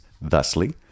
thusly